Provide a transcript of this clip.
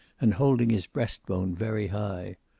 and holding his breast bone very high.